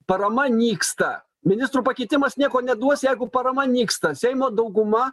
parama nyksta ministrų pakeitimas nieko neduos jeigu parama nyksta seimo dauguma